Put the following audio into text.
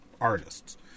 artists